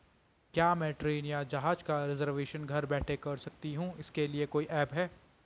क्या मैं ट्रेन या जहाज़ का रिजर्वेशन घर बैठे कर सकती हूँ इसके लिए कोई ऐप है?